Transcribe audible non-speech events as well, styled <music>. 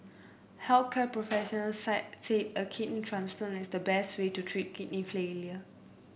health care professionals <unintelligible> said a kidney transplant is the best way to treat kidney failure